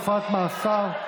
חלופת מאסר,